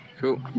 Cool